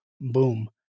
boom